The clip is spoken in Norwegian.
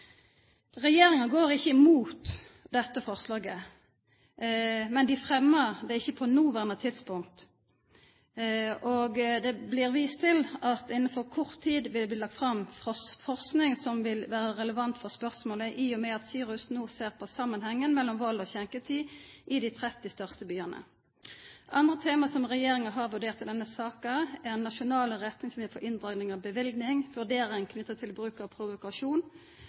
Regjeringa går ikkje imot dette forslaget, men ho fremjer det ikkje på noverande tidspunkt. Det blir vist til at det innan kort tid vil bli lagt fram forsking som vil vera relevant for spørsmålet, i og med at SIRUS no ser på samanhengen mellom vald og skjenketider i dei 30 største byane. Andre tema som regjeringa har vurdert i denne saka, er nasjonale retningsliner for inndraging av bevilling, vurdering knytt til bruk av provokasjon,